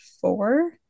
four